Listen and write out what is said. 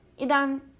Idan